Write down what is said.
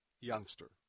youngster